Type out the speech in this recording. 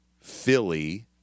Philly